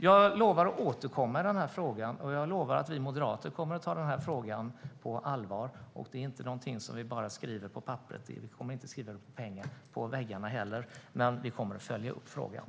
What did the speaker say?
Jag lovar att återkomma i den här frågan, och jag lovar att vi moderater kommer att ta frågan på allvar. Det är inte något som vi bara skriver på papper - och vi kommer inte att skriva det på väggarna heller - men vi kommer att följa upp frågan.